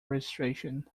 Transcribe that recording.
registration